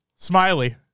Smiley